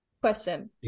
Question